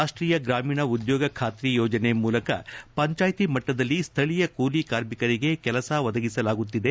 ರಾಷ್ಷೀಯ ಗ್ರಾಮೀಣ ಉದ್ಯೋಗ ಖಾತ್ರಿ ಯೋಜನೆ ಮೂಲಕ ಪಂಚಾಯಿತಿ ಮಟ್ಟದಲ್ಲಿ ಸ್ವಳೀಯ ಕೂಲಿ ಕಾರ್ಮಿಕರಿಗೆ ಕೆಲಸ ಒದಗಿಸಲಾಗುತ್ತಿದೆ